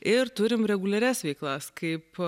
ir turim reguliarias veiklas kaip